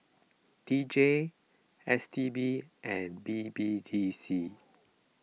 D J S T B and B B D C